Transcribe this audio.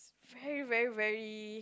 very very very